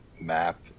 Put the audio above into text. Map